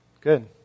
Good